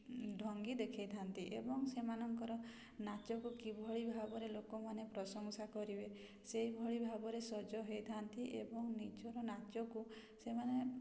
ଢ଼ଙ୍ଗି ଦେଖେଇଥାନ୍ତି ଏବଂ ସେମାନଙ୍କର ନାଚକୁ କିଭଳି ଭାବରେ ଲୋକମାନେ ପ୍ରଶଂସା କରିବେ ସେଇଭଳି ଭାବରେ ସଜ ହେଇଥାନ୍ତି ଏବଂ ନିଜର ନାଚକୁ ସେମାନେ